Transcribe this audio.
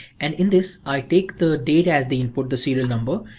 and in this i take the data as the input, the serial number,